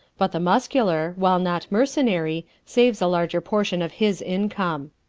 but the muscular, while not mercenary, saves a larger portion of his income.